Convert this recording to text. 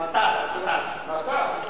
מטס, מטס.